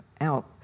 out